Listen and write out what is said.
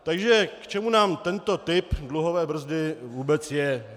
Takže k čemu nám tento typ dluhové brzdy vůbec je?